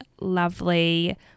lovely